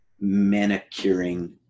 manicuring